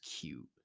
cute